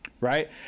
Right